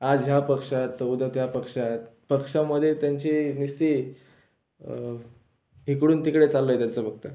आज ह्या पक्षात तर उद्या त्या पक्षात पक्षामध्ये त्यांची निस्ति इकडून तिकडे चाललं आहे त्यांचं फक्त